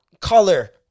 color